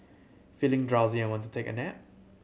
feeling drowsy and want to take a nap